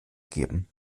geben